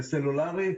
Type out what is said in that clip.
בסלולרי,